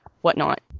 whatnot